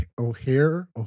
O'Hare